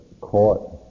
caught